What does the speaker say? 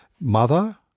mother